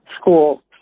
school